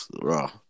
raw